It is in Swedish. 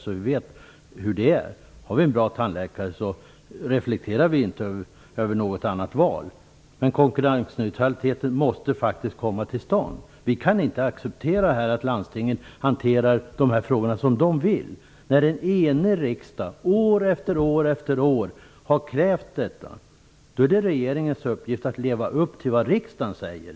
Därför vet vi hur det är. Har man en bra tandläkare, reflekterar man inte över något annat val. Men konkurrensneutraliteten måste faktiskt komma till stånd. Vi kan inte acceptera att landstingen hanterar dessa frågor som de vill. En enig riksdag har ju år efter år kommit med krav här. Då är det regeringens uppgift att leva upp till vad riksdagen säger.